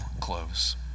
close